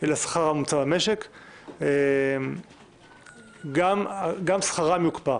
אל השכר הממוצע במשק, גם שכרם יוקפא.